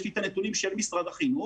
יש לי את הנתונים של משרד החינוך,